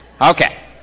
Okay